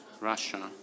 Russia